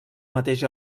mateix